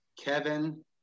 Kevin